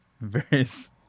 various